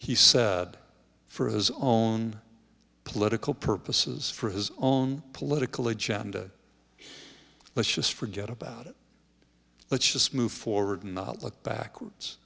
he said for his own political purposes for his own political agenda let's just forget about it let's just move forward and not look backwards